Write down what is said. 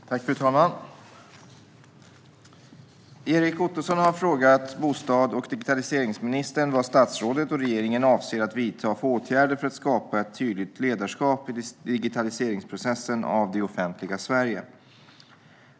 Fru ålderspresident! Erik Ottoson har frågat bostads och digitaliseringsministern vad statsrådet och regeringen avser att vidta för åtgärder för att skapa ett tydligt ledarskap i digitaliseringsprocessen av det offentliga Sverige.